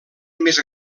més